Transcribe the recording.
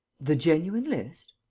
the genuine list?